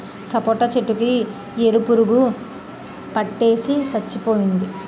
సపోటా చెట్టు కి ఏరు పురుగు పట్టేసి సచ్చిపోయింది